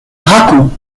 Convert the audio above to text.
racon